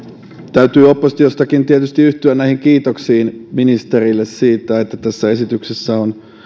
täytyy oppositiostakin tietysti yhtyä näihin kiitoksiin ministerille siitä että tässä esityksessä on